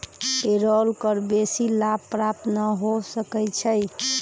payroll कर बेशी लाभ प्राप्त न हो सकै छइ